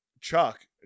Chuck